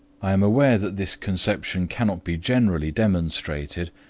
i am aware that this conception cannot be generally demonstrated,